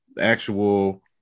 actual